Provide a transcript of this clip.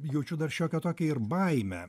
jaučiu dar šiokią tokią ir baimę